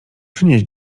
przynieś